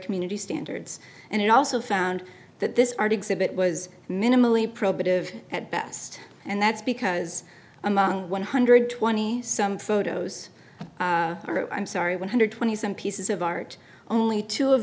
community standards and it also found that this arctic sea bit was minimally probative at best and that's because among one hundred twenty some photos or i'm sorry one hundred twenty some pieces of art only two of